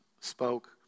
spoke